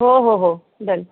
हो हो हो डन